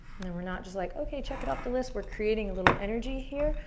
and then we're not just like, okay, check it off the list. we're creating a little energy here,